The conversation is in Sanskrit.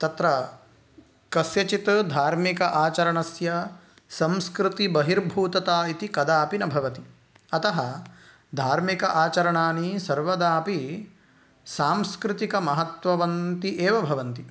तत्र कस्यचित् धार्मिक आचरणस्य संस्कृतिबहिर्भूतता इति कदापि न भवति अतः धार्मिक आचरणानि सर्वदापि सांस्कृतिकमहत्त्ववन्ति एव भवन्ति